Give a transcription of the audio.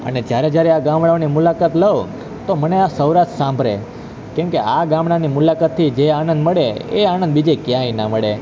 અને જ્યારે જ્યારે આ ગામડાઓની મુલાકાત લો તો મને આ સૌરાષ્ટ્ર સાંભરે કેમકે આ ગામડાની મુલાકાતથી જે આનંદ મળે એ આણંદ બીજે ક્યાંય ના મળે